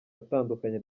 atandukanye